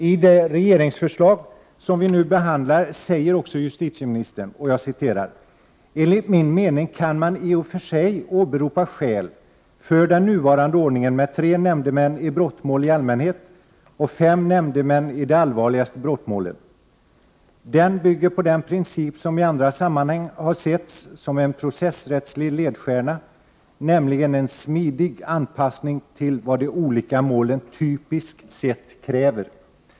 I det regeringsförslag som vi nu behandlar hävdar justitieministern att man enligt hennes mening i och för sig kan åberopa skäl för den nuvarande ordningen med tre nämndemän i brottmål i allmänhet och fem nämndemän i de allvarligaste brottmålen. Den bygger på den princip som i andra sammanhang har setts som en processrättslig ledstjärna, nämligen en smidig anpassning till vad de olika målen typiskt sett kräver.